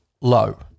low